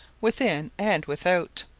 within and without,